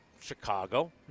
chicago